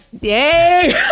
Yay